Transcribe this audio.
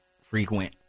frequent